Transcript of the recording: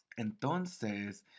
Entonces